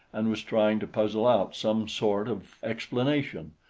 and was trying to puzzle out some sort of explanation,